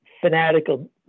fanatical